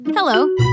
Hello